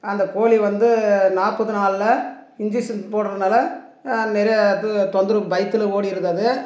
அந்த கோழி வந்து நாற்பது நாளில் இன்ஜெஷன் போடுறதுனால நிறைய இது தொந்தரவு பயத்தில் ஓடிடுது அது